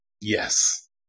Yes